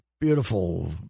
beautiful